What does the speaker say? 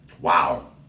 Wow